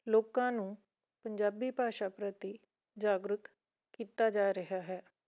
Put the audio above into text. ਲੋਕਾਂ ਨੂੰ ਪੰਜਾਬੀ ਭਾਸ਼ਾ ਪ੍ਰਤੀ ਜਾਗਰੂਕ ਕੀਤਾ ਜਾ ਰਿਹਾ ਹੈ